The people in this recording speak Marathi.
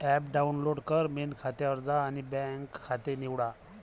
ॲप डाउनलोड कर, मेन खात्यावर जा आणि बँक खाते निवडा